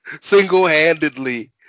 Single-handedly